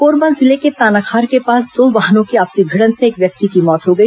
कोरबा जिले के तानाखार के पास दो वाहनों की आपसी भिडंत में एक व्यक्ति की मौत हो गई